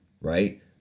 right